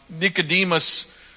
Nicodemus